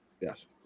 yes